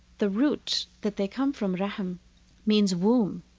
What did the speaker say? the roots that they come from, rahim means womb,